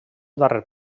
darrer